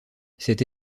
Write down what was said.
cette